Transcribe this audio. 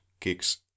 kicks